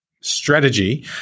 strategy